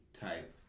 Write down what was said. type